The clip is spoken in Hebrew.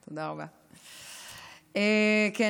תודה רבה, אדוני.